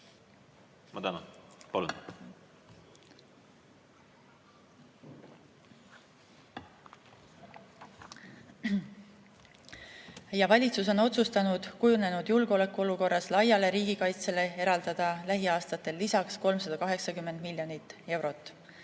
Ma tänan. Palun! ... ja valitsus on otsustanud kujunenud julgeolekuolukorras laiale riigikaitsele eraldada lähiaastatel lisaks 380 miljonit eurot.